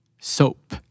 Soap